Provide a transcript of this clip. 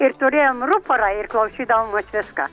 ir turėjom ruporą ir klausydavom vat viską